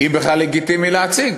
אם בכלל לגיטימי להציג,